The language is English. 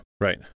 Right